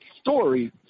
story